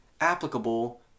applicable